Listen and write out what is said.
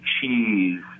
cheese